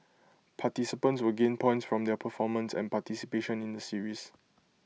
participants will gain points from their performance and participation in the series